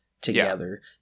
together